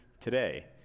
today